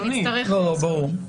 ברור.